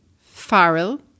Farrell